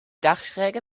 dachschräge